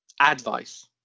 Advice